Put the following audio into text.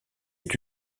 est